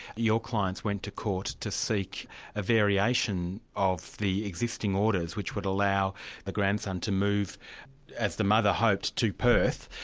your clients went to court to seek a variation of the existing orders, which would allow the grandson to move as the mother hoped, to perth,